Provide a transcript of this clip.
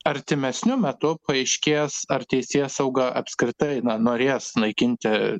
artimesniu metu paaiškės ar teisėsauga apskritai norės naikinti